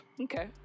Okay